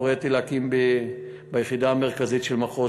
הוריתי להקים ביחידה המרכזית של מחוז